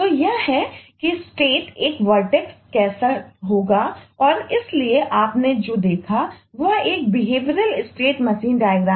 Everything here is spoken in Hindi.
तो यह है कि स्टेटहैं